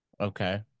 Okay